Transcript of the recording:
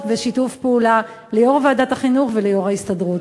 ושיתוף פעולה ליו"ר ועדת החינוך וליו"ר ההסתדרות.